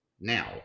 Now